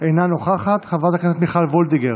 אינה נוכחת, חברת הכנסת מיכל וולדיגר,